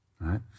right